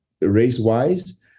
race-wise